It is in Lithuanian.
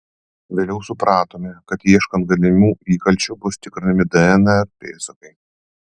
vėliau supratome kad ieškant galimų įkalčių bus tikrinami dnr pėdsakai